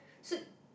so